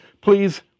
Please